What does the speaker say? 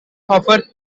offer